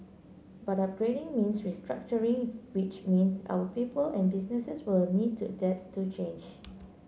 but upgrading means restructuring which means our people and businesses will need to adapt to change